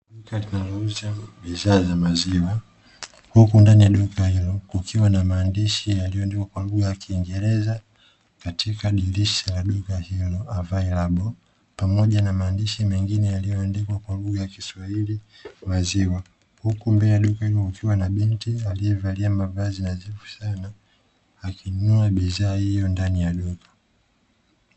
Duka linalouza bidhaa za maziwa, huku ndani ya duka hilo kukiwa na maandishi yaliyoandikwa kwa lugha ya kiingereza katika dirisha la duka hilo "Available", pamoja na maandishi mengine yaliyoandikwa kwa lugha ya kiswahili maziwa, huku mbele ya duka hilo kukiwa na binti aliyevalia mavazi nadhifu sana, akinunua bidhaa hiyo ndani ya duka.